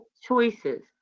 choices